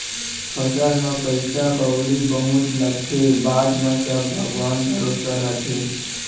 फसल म पइसा कउड़ी बहुत लागथे, बाद म सब भगवान भरोसा रथे